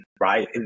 right